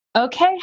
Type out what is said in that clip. Okay